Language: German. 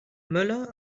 möller